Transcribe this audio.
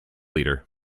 leader